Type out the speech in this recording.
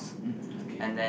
mmhmm okay